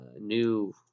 new